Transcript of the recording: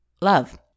love